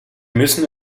müssen